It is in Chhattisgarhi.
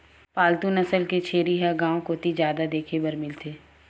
पालतू नसल के छेरी ह गांव कोती जादा देखे बर मिलथे